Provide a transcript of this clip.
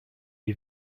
est